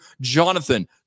Jonathan